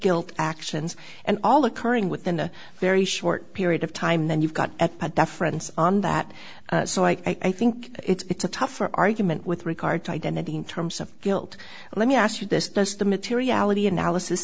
guilt actions and all occurring within a very short period of time then you've got a deference on that so i think it's a tougher argument with regard to identity in terms of guilt let me ask you this does the materiality analysis